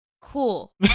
Cool